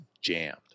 jammed